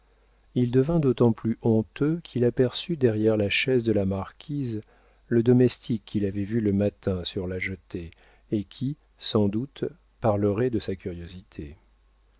il devint d'autant plus honteux qu'il aperçut derrière la chaise de la marquise le domestique qu'il avait vu le matin sur la jetée et qui sans doute parlerait de sa curiosité